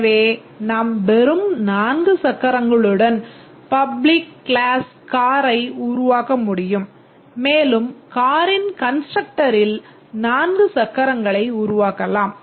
எனவே நாம் வெறும் 4 சக்கரங்களுடன் public class car ஐ உருவாக்க முடியும் மேலும் காரின் கான்ஸ்ட்ரக்டரில் 4 சக்கரங்களை உருவாக்கலாம்